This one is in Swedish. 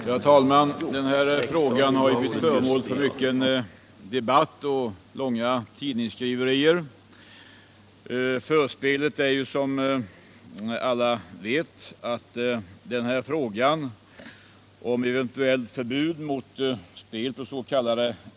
Herr talman! Frågan om ett eventuellt förbud mot spel på s.k. enarmade banditer har blivit föremål för mycken debatt och långa tidningsskriverier.